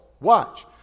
watch